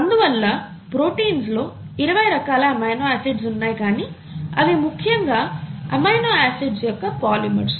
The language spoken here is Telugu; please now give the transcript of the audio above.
అందువల్ల ప్రోటీన్స్ లో ఇరవై రకాల ఎమినో ఆసిడ్స్ ఉన్నాయి కానీ అవి ముఖ్యంగా ఎమినో ఆసిడ్స్ యొక్క పొలిమెర్స్